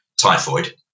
typhoid